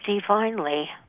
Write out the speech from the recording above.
divinely